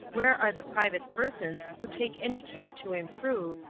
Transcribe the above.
where are the private persons who take any care to improve,